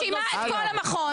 אני מאשימה את כל המכון.